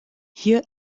hier